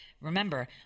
Remember